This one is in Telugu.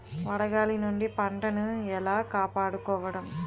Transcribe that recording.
వడగాలి నుండి పంటను ఏలా కాపాడుకోవడం?